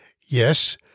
Yes